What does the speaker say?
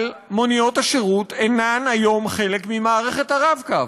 אבל מוניות השירות היום אינן חלק ממערכת ה"רב-קו",